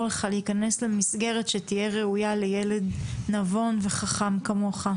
לך להיכנס למסגרת שתהיה ראויה לילד חכם ונבון כמוך.